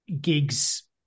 gigs